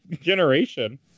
generation